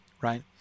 Right